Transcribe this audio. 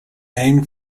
named